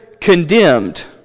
condemned